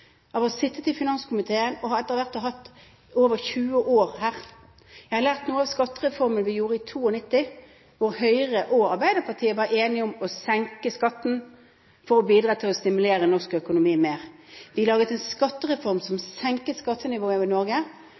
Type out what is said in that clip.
å ha sittet i finanskomiteen og etter hvert ha hatt over 20 år her. Jeg har lært noe av skattereformen i 1992, da Høyre og Arbeiderpartiet var enige om å senke skatten for å bidra til å stimulere norsk økonomi mer. Vi laget en skattereform som senket skattenivået i Norge